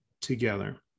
together